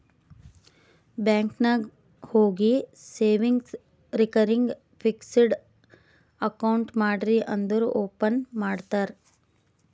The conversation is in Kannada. ಬ್ಯಾಂಕ್ ನಾಗ್ ಹೋಗಿ ಸೇವಿಂಗ್ಸ್, ರೇಕರಿಂಗ್, ಫಿಕ್ಸಡ್ ಅಕೌಂಟ್ ಮಾಡ್ರಿ ಅಂದುರ್ ಓಪನ್ ಮಾಡ್ತಾರ್